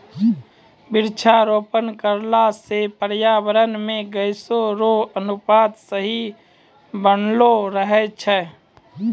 वृक्षारोपण करला से पर्यावरण मे गैसो रो अनुपात सही बनलो रहै छै